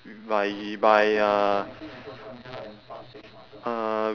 by by uh uh